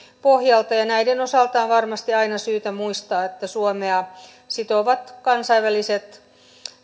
pohjalta ja näiden osalta on varmasti aina syytä muistaa että suomea sitovat kansainväliset